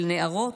של נערות,